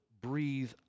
breathe